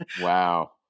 wow